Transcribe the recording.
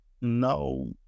no